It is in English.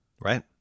Right